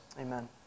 amen